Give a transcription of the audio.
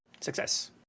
Success